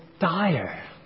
dire